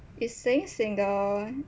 is staying single